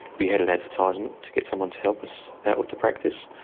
we had an advertisement to get someone to help us out with the practice,